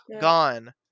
Gone